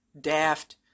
daft